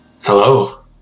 Hello